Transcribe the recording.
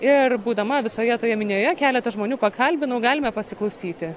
ir būdama visoje toje minioje keletą žmonių pakalbinau galime pasiklausyti